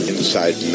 Inside